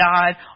died